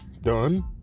done